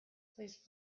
please